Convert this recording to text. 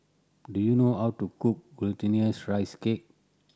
do you know how to cook Glutinous Rice Cake